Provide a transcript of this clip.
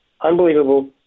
Unbelievable